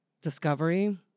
discovery